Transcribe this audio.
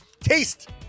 Taste